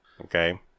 Okay